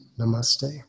Namaste